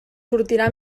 sortirà